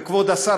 וכבוד השר,